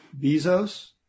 Bezos